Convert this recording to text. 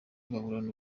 bahorana